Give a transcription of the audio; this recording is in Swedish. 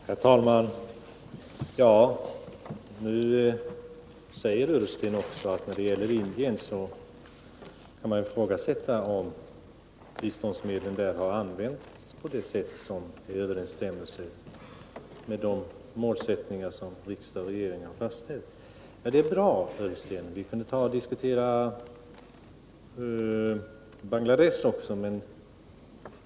Herr talman! Ola Ullsten säger att man kan ifrågasätta om biståndsmedlen till Indien har använts på ett sätt som står i överensstämmelse med de målsättningar som riksdag och regering har fastställt. Det är bra, Ola Ullsten. Men vi skulle också kunna diskutera Bangladesh i det avseendet.